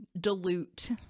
dilute